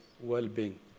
well-being